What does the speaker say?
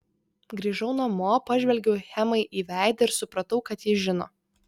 grįžau namo pažvelgiau hemai į veidą ir supratau kad ji žino